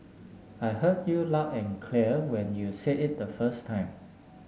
I heard you loud and clear when you say it the first time